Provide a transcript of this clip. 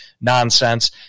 nonsense